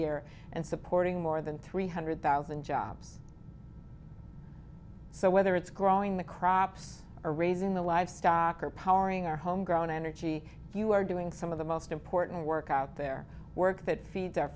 year and supporting more than three hundred thousand jobs so whether it's growing the crops or raising the livestock or powering our home grown energy you are doing some of the most important work out there work that feed their